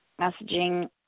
messaging